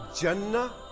Jannah